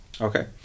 Okay